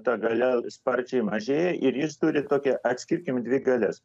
ta galia sparčiai mažėja ir jis turi tokią atskirkim dvi galias